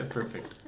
Perfect